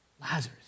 Lazarus